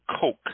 Coke